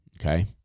okay